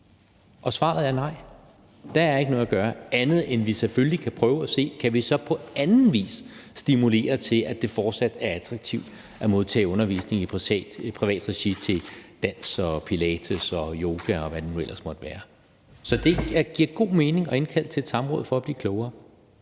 Og svaret er nej. Der er ikke noget at gøre andet, end at vi selvfølgelig kan prøve at se, om vi så på anden vis kan stimulere til, at det fortsat er attraktivt at modtage undervisning i privat regi i dans, pilates og yoga, og hvad det nu ellers måtte være. Så det giver god mening at indkalde til et samråd for at blive klogere.